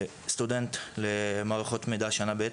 סטודנט למערכות מידע שנה ב'.